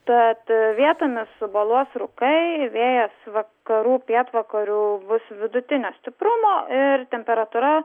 tad vietomis suboluos rūkai vėjas vakarų pietvakarių bus vidutinio stiprumo ir temperatūra